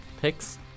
picks